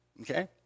okay